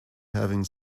having